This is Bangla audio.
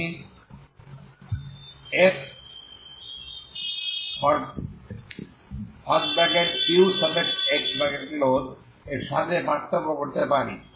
আমি x এর সাথে পার্থক্য করতে পারি